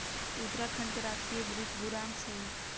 उत्तराखंड का राजकीय वृक्ष बुरांश हई